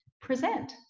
present